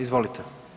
Izvolite.